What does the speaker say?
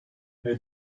her